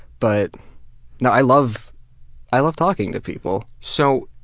but i love i love talking to people. so